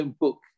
book